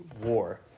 war